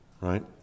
right